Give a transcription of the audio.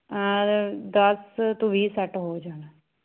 R ਦਸ ਤੋਂ ਵੀਹ ਸੈੱਟ ਹੋ ਜਾਣਾ